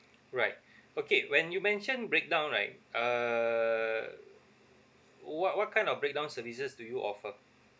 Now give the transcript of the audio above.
right okay when you mentioned breakdown right err what what kind of breakdown services do you offer